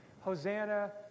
Hosanna